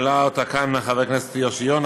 שהעלה אותה כאן חבר הכנסת יוסי יונה